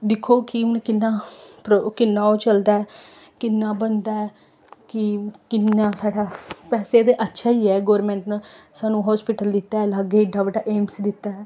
दिक्खो कि हून किन्ना प्रो किन्ना ओह् चलदा ऐ किन्ना बनदा ऐ कि किन्ना साढ़ा बैसे ते अच्छा गै ऐ गौरमैंट ने सानूं हास्पिटल दित्ता ऐ लाग्गै एड्डा बड्डा एम्स दित्ता ऐ